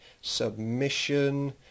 submission